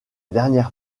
dernière